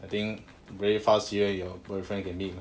I think very fast you and your boyfriend can meet